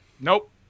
Nope